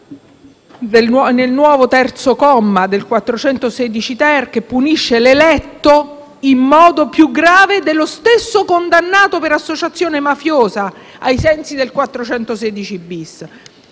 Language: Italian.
al nuovo terzo comma dell'articolo 416-*ter*, che punisce l'eletto in modo più grave dello stesso condannato per associazione mafiosa ai sensi dell'articolo